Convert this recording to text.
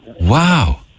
Wow